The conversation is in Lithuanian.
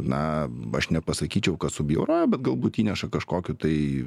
na aš nepasakyčiau kad subjauroja bet galbūt įneša kažkokių tai